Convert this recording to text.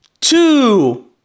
two